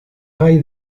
gai